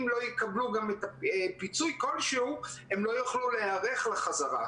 אם לא יקבלו פיצוי כלשהו הם לא יוכלו להיערך לחזרה.